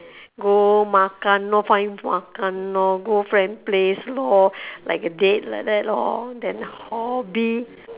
go makan lor find makan lor go friend place lor like a date like that lor then hobby